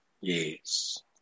yes